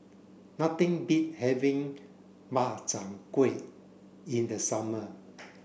nothing beat having Makchang Gui in the summer